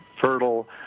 fertile